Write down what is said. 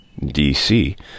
DC